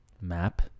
Map